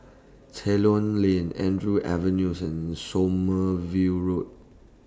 Ceylon Lane Andrews Avenue and Sommerville Road